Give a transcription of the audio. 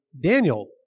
Daniel